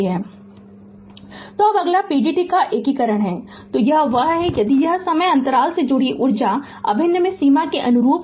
Refer Slide Time 0629 तो अब अगला pdt का एकीकरण है तो यह वह है यदि समय अंतराल से जुड़ी ऊर्जा अभिन्न पर सीमा के अनुरूप है